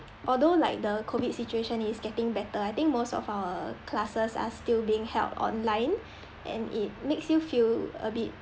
although like the COVID situation is getting better I think most of our classes are still being held online and it makes you feel a bit